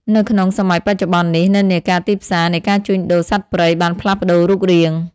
នៅក្នុងសម័យបច្ចុប្បន្ននេះ និន្នាការទីផ្សារនៃការជួញដូរសត្វព្រៃបានផ្លាស់ប្ដូររូបរាង។